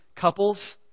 couples